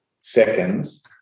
seconds